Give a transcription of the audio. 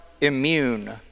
immune